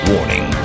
Warning